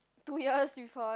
two years with her